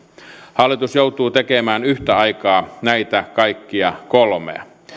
hallitus joutuu tekemään yhtä aikaa näitä kaikkia kolmea